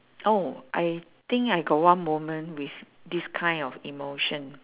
oh I think I got one moment with this kind of emotion